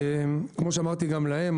כמו שאמרתי גם להם,